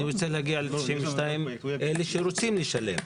אני רוצה להגיע ל-92%, לאלה שרוצים לשלם.